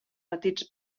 petits